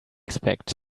expect